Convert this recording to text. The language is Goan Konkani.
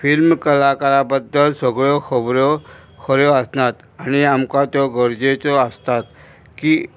फिल्म कलाकारा बद्दल सगळ्यो खबऱ्यो खऱ्यो आसनात आनी आमकां त्यो गरजेच्यो आसतात की